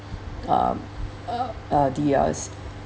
um um the uh